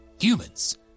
humans